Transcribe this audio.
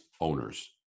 owners